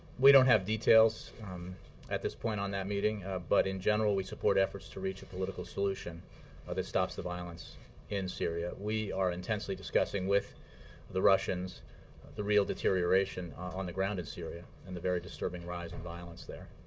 we don't have details at this point on that meeting but, in general, we support efforts to reach a political solution that stops the violence in syria. we are intensely discussing with the russians the real deterioration on the ground in syria and the very disturbing rise in violence there.